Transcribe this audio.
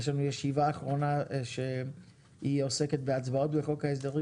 יש לנו ישיבה אחרונה שהיא עוסקת בהצבעות בחוק ההסדרים.